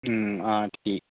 हां ठी